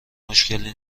مشکلی